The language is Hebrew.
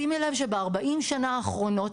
שימי לב שב-40 שנה האחרונות,